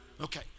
Okay